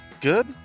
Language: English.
good